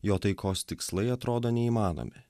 jo taikos tikslai atrodo neįmanomi